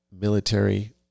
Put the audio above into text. military